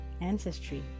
ancestry